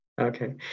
Okay